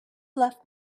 left